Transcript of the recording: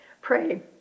pray